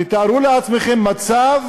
תתארו לעצמכם מצב